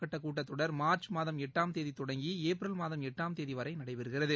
கட்டகூட்டத்தொடர் March இரண்டாம் மாதம் எட்டாம் தேதிதொடங்கிஏப்ரல் மாதம் எட்டாம் தேதிவரைநடைபெறுகிறது